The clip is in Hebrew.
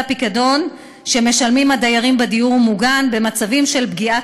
הפיקדון שמשלמים הדיירים בדיור המוגן במצבים של פגיעה